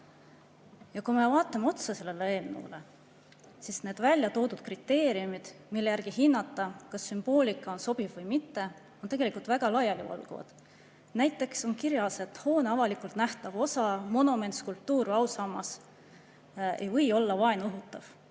Ja kui me vaatame otsa sellele eelnõule, siis näeme, et seal toodud kriteeriumid, mille järgi hinnata, kas sümboolika on sobiv või mitte, on tegelikult väga laialivalguvad. Näiteks on kirjas, et hoone avalikult nähtav osa, monument, skulptuur või ausammas ei või olla vaenu õhutav.